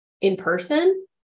in-person